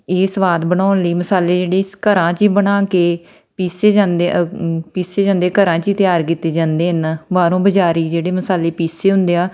ਇਹ ਸੁਆਦ ਬਣਾਉਣ ਲਈ ਮਸਾਲੇ ਜਿਹੜੇ ਘਰਾਂ 'ਚ ਹੀ ਬਣਾ ਕੇ ਪੀਸੇ ਜਾਂਦੇ ਪੀਸੇ ਜਾਂਦੇ ਘਰਾਂ 'ਚ ਹੀ ਤਿਆਰ ਕੀਤੇ ਜਾਂਦੇ ਹਨ ਬਾਹਰੋਂ ਬਜ਼ਾਰੀ ਜਿਹੜੇ ਮਸਾਲੇ ਪੀਸੇ ਹੁੰਦੇ ਆ